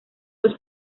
los